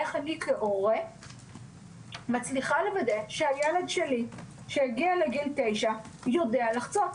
איך אני כהורה מצליחה לוודא שהילד שלי שהגיע לגיל 9 יודע לחצות.